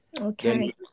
Okay